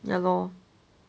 ya lor